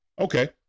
Okay